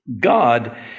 God